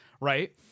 right